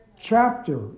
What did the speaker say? chapter